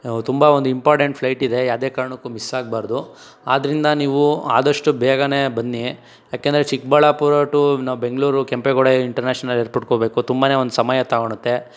ತುಂಬ ಒಂದು important flight ಇದೆ ಯಾವ್ದೇ ಕಾರಣಕ್ಕೂ ಮಿಸ್ ಆಗ್ಬಾರ್ದು ಆದ್ದರಿಂದ ನೀವು ಆದಷ್ಟು ಬೇಗನೆ ಬನ್ನಿ ಏಕೆಂದರೆ ಚಿಕ್ಕಬಳ್ಳಾಪುರ ಟು ನಾವು ಬೆಂಗಳೂರು ಕೆಂಪೇಗೌಡ ಇಂಟರ್ನ್ಯಾಷನಲ್ ಏರ್ಪೋಟ್ಗೆ ಹೋಗ್ಬೇಕು ತುಂಬನೇ ಒಂದು ಸಮಯ ತಗೊಳತ್ತೆ